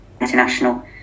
international